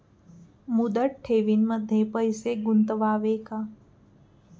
मुदत ठेवींमध्ये पैसे गुंतवावे का?